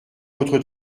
votre